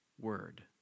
word